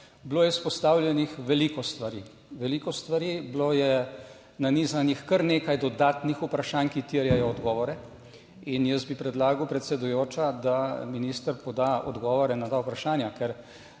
Bilo je izpostavljenih veliko stvari, veliko stvari, bilo je nanizanih kar nekaj dodatnih vprašanj, ki terjajo odgovore in jaz bi predlagal, predsedujoča, da minister poda odgovore na ta vprašanja, ker